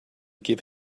give